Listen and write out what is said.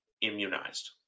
immunized